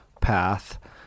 path